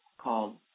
called